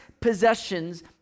possessions